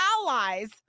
allies